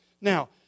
Now